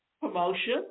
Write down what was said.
promotion